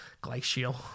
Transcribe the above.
glacial